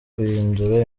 guhindura